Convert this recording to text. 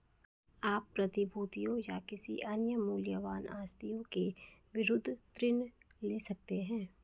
आप प्रतिभूतियों या किसी अन्य मूल्यवान आस्तियों के विरुद्ध ऋण ले सकते हैं